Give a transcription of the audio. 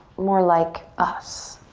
more like us.